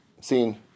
seen